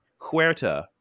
Huerta